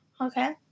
Okay